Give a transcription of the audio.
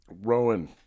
rowan